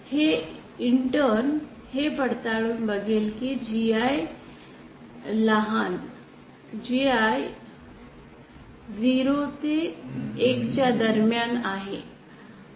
हे इंटर्न हे पडताळून बघेल की GI लहान gi ० ते 1 दरम्यान आहे